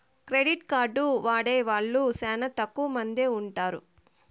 credit card వాడే వాళ్ళు శ్యానా తక్కువ మందే ఉంటారు